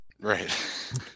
Right